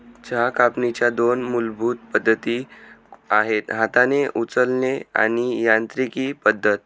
चहा कापणीच्या दोन मूलभूत पद्धती आहेत हाताने उचलणे आणि यांत्रिकी पद्धत